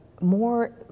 more